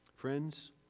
Friends